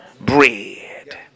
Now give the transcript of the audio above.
Bread